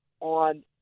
on